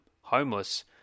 homeless